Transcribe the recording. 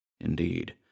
Indeed—